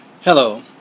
Hello